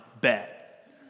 Bet